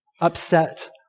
upset